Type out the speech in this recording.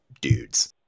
dudes